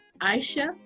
Aisha